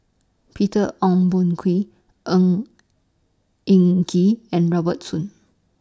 Peter Ong Boon Kwee Ng Eng Kee and Robert Soon